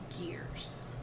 gears